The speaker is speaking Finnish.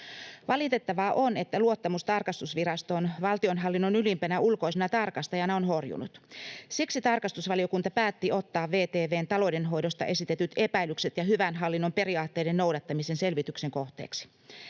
Valitettavaa on, että luottamus tarkastusvirastoon valtionhallinnon ylimpänä ulkoisena tarkastajana on horjunut. Siksi tarkastusvaliokunta päätti ottaa VTV:n taloudenhoidosta esitetyt epäilykset ja hyvän hallinnon periaatteiden noudattamisen selvityksen kohteeksi.